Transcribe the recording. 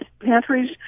pantries